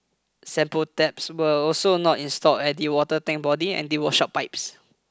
sample taps were also not installed at the water tank body and they washout pipes